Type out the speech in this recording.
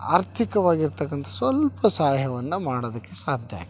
ಆರ್ಥಿಕವಾಗಿರತಕ್ಕಂತ ಸ್ವಲ್ಪ ಸಹಾಯವನ್ನು ಮಾಡೋದಕ್ಕೆ ಸಾಧ್ಯ ಆಗಿತ್ತು